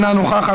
אינה נוכחת,